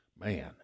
man